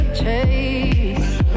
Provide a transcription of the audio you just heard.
chase